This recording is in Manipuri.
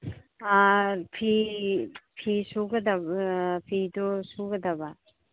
ꯐꯤꯗꯨ ꯁꯨꯒꯗꯕ